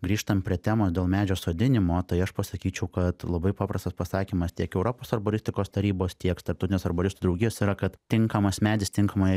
grįžtam prie temos dėl medžio sodinimo tai aš pasakyčiau kad labai paprastas pasakymas tiek europos arboristikos tarybos tiek tarptautinės arboristų draugijos yra kad tinkamas medis tinkamoje